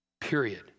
period